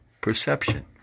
Perception